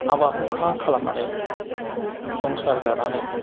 हाबा हुखा खालामनानै संसार जानानै